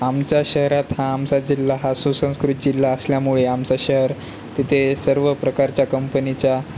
आमच्या शहरात हा आमचा जिल्हा हा सुसंस्कृत जिल्हा असल्यामुळे आमचा शहर तिथे सर्व प्रकारच्या कंपनीच्या